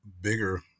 bigger